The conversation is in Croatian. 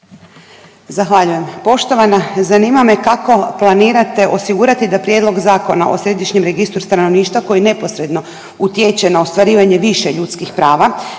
Zahvaljujem. Poštovana, zanima me kako planirate osigurati da Prijedlog Zakona o središnjem registru stanovništva koji neposredno utječe na ostvarivanje više ljudskih prava